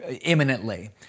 imminently